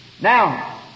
Now